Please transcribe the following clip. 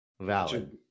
Valid